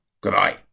Goodbye